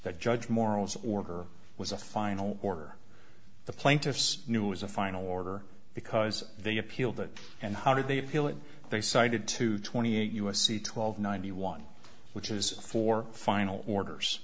that judge morals order was a final order the plaintiffs knew was a final order because they appealed it and how did they feel that they cited to twenty eight u s c twelve ninety one which is for final orders